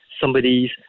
somebody's